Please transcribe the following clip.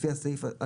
לפי הסעיף,